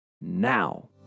now